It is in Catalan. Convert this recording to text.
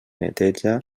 neteja